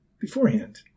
beforehand